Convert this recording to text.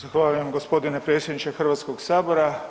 Zahvaljujem gospodine predsjedniče Hrvatskog sabora.